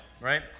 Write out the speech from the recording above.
Right